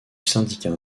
syndicat